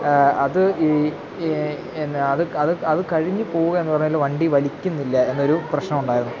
അത് ഈ എന്നാല് അത് അത് അത് കഴിഞ്ഞ് പോകുക എന്നു പറഞ്ഞാല് വണ്ടി വലിക്കുന്നില്ല എന്നൊരു പ്രശ്നമുണ്ടായിരുന്നു